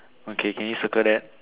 okay can you circle that